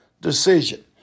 decision